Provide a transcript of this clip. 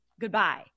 Goodbye